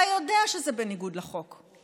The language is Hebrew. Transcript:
אתה יודע שזה בניגוד לחוק.